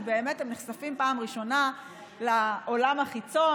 כי באמת הם נחשפים פעם ראשונה לעולם החיצון